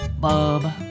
bub